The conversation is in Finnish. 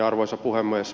arvoisa puhemies